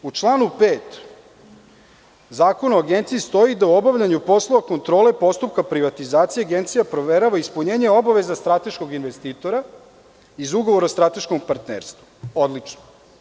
U članu 5. Zakona o Agenciji stoji da u obavljanju poslova kontrole postupka privatizacije Agencija proverava ispunjenje obaveza strateškog investitora iz ugovora o strateškom partnerstvu, odlično.